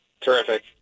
Terrific